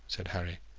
said harry.